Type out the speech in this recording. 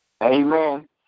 Amen